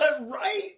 Right